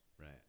Right